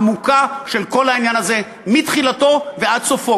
עמוקה של כל העניין הזה מתחילתו ועד סופו.